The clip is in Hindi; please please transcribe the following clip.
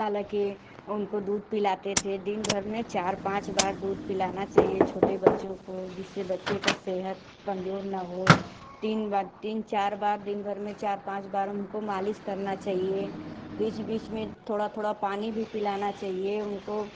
हालाँकि उनको दूध पिलाते थे दिनभर में चार पाँच बार दूध पिलाना चाहिए छोटे बच्चों को जिस बच्चे का सेहत कमजोर ना हो तीन बार तीन चार बार दिन भर में चार पाँच बार उनको मालिश करना चाहिए बीच बीच में थोड़ा थोड़ा पानी भी पिलाना चाहिए उनको